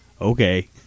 Okay